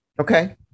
okay